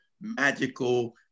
magical